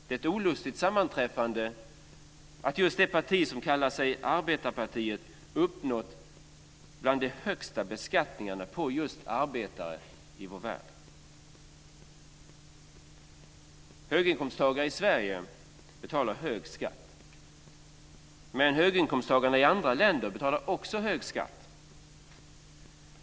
Det är ett olustigt sammanträffande att just det parti som kallar sig arbetarpartiet uppnått bland de högsta beskattningarna i vår värld av just arbetare. Höginkomsttagare i Sverige betalar hög skatt. Men höginkomsttagare i andra länder betalar också hög skatt.